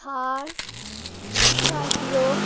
Thar scorpio